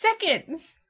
seconds